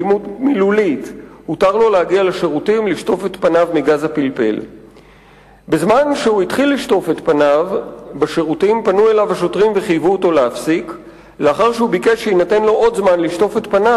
2-1. חבר הכנסת אחמד טיבי ביקש לדון